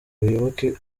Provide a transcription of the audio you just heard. abayoboke